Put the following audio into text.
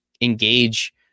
engage